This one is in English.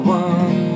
one